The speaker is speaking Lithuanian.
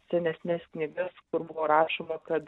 senesnes knygas kur buvo rašoma kad